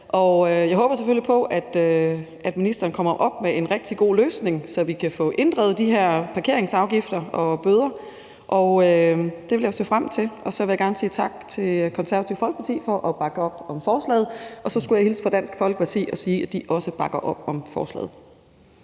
og jeg håber selvfølgelig på, at ministeren kommer med en rigtig god løsning, så vi kan få inddrevet de her parkeringsafgifter og bøder. Det vil jeg se frem til. Og så vil jeg gerne sige tak til Det Konservative Folkeparti for at bakke op om forslaget. Og så skulle jeg hilse fra Dansk Folkeparti og sige, at de også bakker op om forslaget.